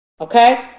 Okay